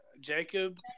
Jacob